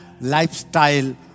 lifestyle